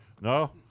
no